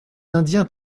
indiens